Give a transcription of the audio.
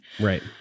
Right